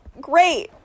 Great